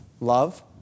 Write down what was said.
Love